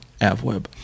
AvWeb